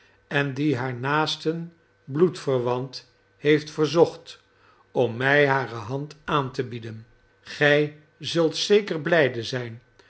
en die haar naasten bloedverwant heeft verzocht om mij hare hand aan te bieden gij zult zeker blijde zijn